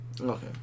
Okay